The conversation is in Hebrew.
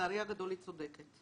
ולצערי הגדול היא צודקת.